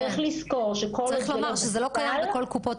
צריך לומר שזה לא קיים בכל החולים.